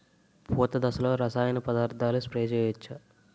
పూత దశలో రసాయన పదార్థాలు స్ప్రే చేయచ్చ?